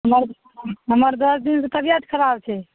हमर हमर दस दिनसे तबिअत खराब छै